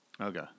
Okay